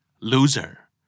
loser